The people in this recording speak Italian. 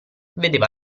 vedeva